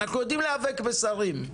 אנחנו יודעים להיאבק בשרים.